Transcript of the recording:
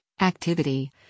activity